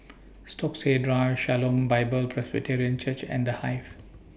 Stokesay Drive Shalom Bible Presbyterian Church and The Hive